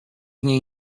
niej